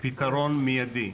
פתרון מיידי.